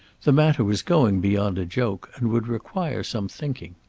the matter was going beyond a joke, and would require some thinking.